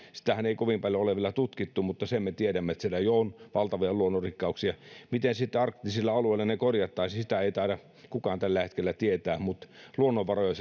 sitähän ei kovin paljoa ole vielä tutkittu mutta sen me tiedämme että siellä jo on valtavia luonnonrikkauksia miten sitten arktisilla alueilla ne korjattaisiin sitä ei taida kukaan tällä hetkellä tietää mutta luonnonvaroja